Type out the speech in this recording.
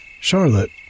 Charlotte